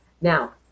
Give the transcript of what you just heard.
Now